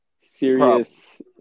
serious